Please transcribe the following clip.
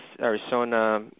Arizona